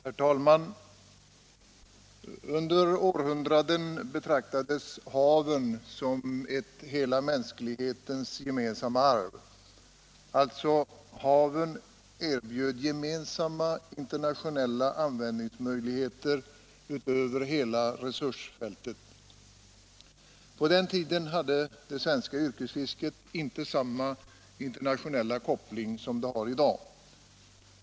Herr talman! Under århundraden betraktades haven som ett hela mänsklighetens gemensamma arv. Haven erbjöd alltså gemensamma internationella användningsmöjligheter över hela resursfältet. På den tiden hade det svenska yrkesfisket inte samma internationella koppling som det har i dag.